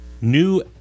new